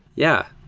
yeah,